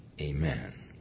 amen